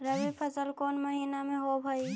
रबी फसल कोन महिना में होब हई?